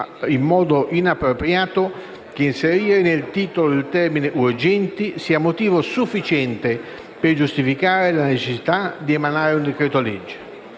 in modo inappropriato, che inserire nel titolo il termine «urgenti» sia motivo sufficiente per giustificare la necessità di emanare un decreto-legge.